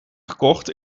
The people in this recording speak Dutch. gekocht